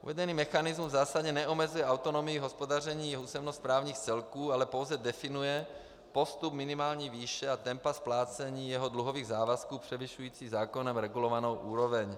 Uvedený mechanismus v zásadě neomezuje autonomii hospodaření územně správních celků, ale pouze definuje postup minimální výše a tempa splácení jeho dluhových závazků převyšujících zákonem regulovanou úroveň.